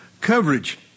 coverage